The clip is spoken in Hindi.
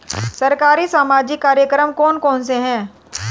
सरकारी सामाजिक कार्यक्रम कौन कौन से हैं?